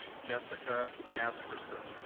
jessica ass person